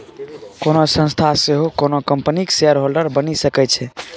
कोनो संस्था सेहो कोनो कंपनीक शेयरहोल्डर बनि सकै छै